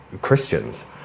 Christians